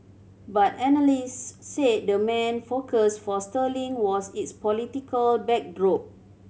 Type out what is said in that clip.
but analysts said the main focus for sterling was its political backdrop